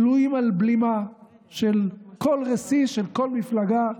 תלויים על בלימה של כל רסיס של כל מפלגה,